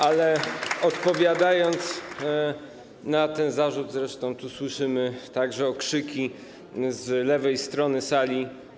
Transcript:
Ale, odpowiadając na te zarzuty - zresztą tu słyszymy także okrzyki z lewej strony sali.